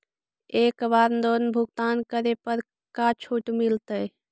एक बार लोन भुगतान करे पर का छुट मिल तइ?